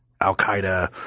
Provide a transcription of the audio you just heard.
Al-Qaeda